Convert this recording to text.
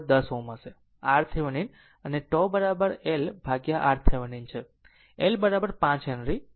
L 5 henry અને તે 10 Ω અડધો સેકન્ડ અડધો સેકન્ડ છે